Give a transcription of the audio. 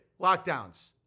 lockdowns